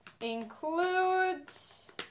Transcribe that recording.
includes